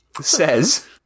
says